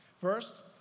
First